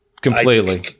Completely